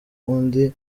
undi